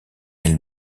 elles